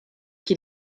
qui